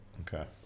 Okay